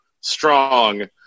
strong